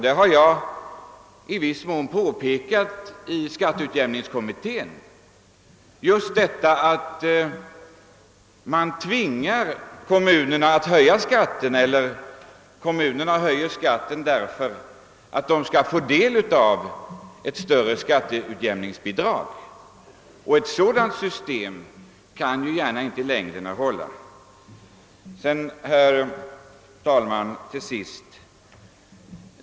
Det har jag i viss mån påpekat i skatteutjämningskommittén — just att kommuner höjer skatten därför att de skall få del av ett större skatteutjämningsbidrag. Ett sådant system kan ju inte gärna hålla i längden. Till sist, herr talman!